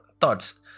thoughts